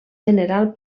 general